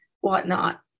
whatnot